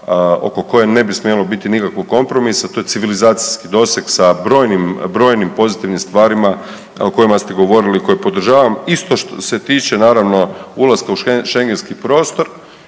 oko koje ne bi smjelo biti nikakvog kompromisa, to je civilizacijski doseg sa brojnim pozitivnim stvarima o kojima ste govorili koje podržavam i što se tiče naravno ulaska u schengenski prostor